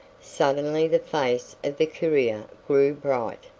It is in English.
suddenly the face of the courier grew bright.